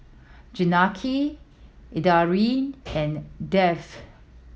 Janaki Indranee and Dev